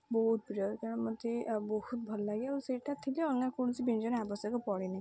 ବହୁତ ପ୍ରିୟ କାରଣ ମୋତେ ବହୁତ ଭଲ ଲାଗେ ଆଉ ସେଇଟା ଥିଲେ ଅନ୍ୟ କୌଣସି ବ୍ୟଞ୍ଜନର ଆବଶକ ପଡ଼େନି